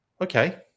Okay